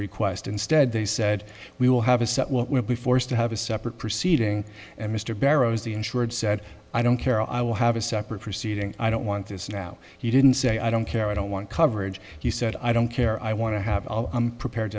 request instead they said we will have a set what will be forced to have a separate proceeding and mr barrows the insured said i don't care i will have a separate proceeding i don't want this now he didn't say i don't care i don't want coverage you said i don't care i want to have i'm prepared